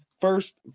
first